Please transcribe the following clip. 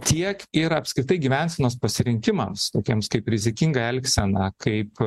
tiek ir apskritai gyvensenos pasirinkimams tokiems kaip rizikinga elgsena kaip